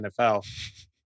NFL